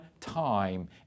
time